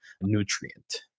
nutrient